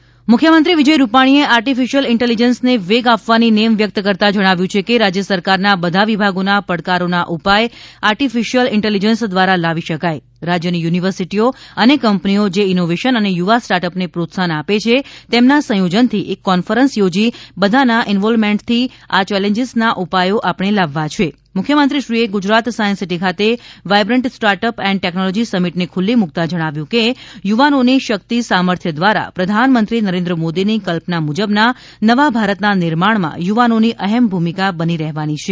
vibrant startup મુખ્યમંત્રી વિજય રૂપાણીએ artificial ઇન્ટેલીજન્સને વેગ આપવાની નેમ વ્યક્ત કરતા જણાવ્યું છે કે રાજ્ય સરકારના બધા વિભાગોના પડકારોના ઉપાય આર્ટિફિશિયલ ઇન્ટેલીજન્સ દ્વારા લાવી શકાય રાજ્યની યુનિવર્સિટીઓ અને કંપનીઓ જે ઈનોવેશન અને યુવા સ્ટાર્ટઅપને પ્રોત્સાહન આપે છે તેમના સંયોજનથી એક કોન્ફરન્સ યોજી બધાના ઇન્વોલ્વમેન્ટથી આ ચેલેન્જીસના ઉપાયો આપણે લાવવા છિં મુખ્યમંત્રીશ્રીએ ગુજરાત સાયન્સ સીટી ખાતે વાયબ્રન્ટ સ્ટાર્ટઅપ એન્ડ ટેકનોલોજી સમિટને ખુલ્લી મુકતા જણાવ્યું કે યુવાનોની શક્તિ સામર્થ્ય દ્વારા પ્રધાનમંત્રી શ્રી નરેન્દ્ર મોદીની કલ્પના મુજબના નવા ભારતના નિર્માણમાં યુવાનોની અહમ ભૂમિકા બની રહેવાની છે